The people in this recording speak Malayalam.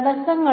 തടസ്സങ്ങൾ